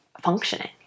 functioning